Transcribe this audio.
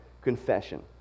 Confession